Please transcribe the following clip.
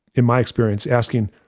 in my experience asking,